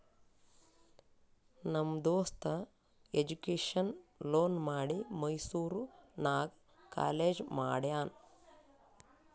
ನಮ್ ದೋಸ್ತ education loan ಮಾಡಿ ಮೈಸೂರು ನಾಗ್ ಕಾಲೇಜ್ ಮಾಡ್ಯಾನ್